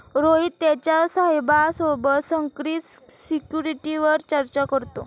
रोहित त्याच्या साहेबा सोबत संकरित सिक्युरिटीवर चर्चा करतो